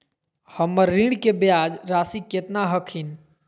हमर ऋण के ब्याज रासी केतना हखिन?